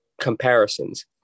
Comparisons